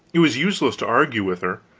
it was useless to argue with her.